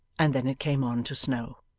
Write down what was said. and then it came on to snow.